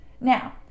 Now